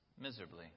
miserably